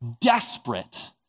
desperate